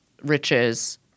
riches